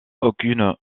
aucune